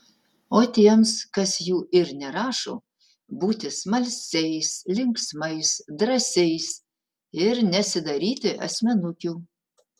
o tiems kas jų ir nerašo būti smalsiais linksmais drąsiais ir nesidaryti asmenukių